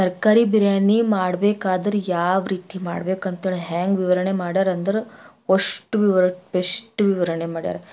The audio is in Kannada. ತರಕಾರಿ ಬಿರಿಯಾನಿ ಮಾಡ್ಬೇಕಾದ್ರೆ ವಿವ ಯಾವ ರೀತಿ ಮಾಡ್ಬೇಕಂಥೇಳಿ ಹ್ಯಾಂಗೆ ವಿವರಣೆ ಮಾಡ್ಯಾರ ಅಂದರ ಅಷ್ಟು ವಿವರ ಬೆಸ್ಟ್ ವಿವರಣೆ ಮಾಡ್ಯಾರ